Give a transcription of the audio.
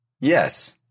Yes